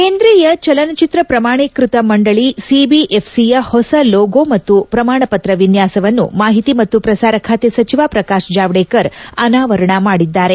ಕೇಂದ್ರೀಯ ಚಲನಚಿತ್ರ ಪ್ರಮಾಣೀಕ್ಷತ ಮಂಡಳಿ ಸಿಬಿಎಫ್ಸಿಯ ಹೊಸ ಲೋಗೊ ಮತ್ತು ಪ್ರಮಾಣಪತ್ರ ವಿನ್ಯಾಸವನ್ನು ಮಾಹಿತಿ ಮತ್ತು ಪ್ರಸಾರ ಖಾತೆ ಸಚಿವ ಪ್ರಕಾಶ್ ಜಾವಡೇಕರ್ ಅನಾವರಣ ಮಾಡಿದ್ದಾರೆ